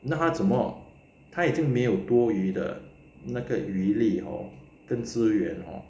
那他怎么他已经没有多余的那个余力 hor 跟资源 hor